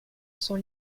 sont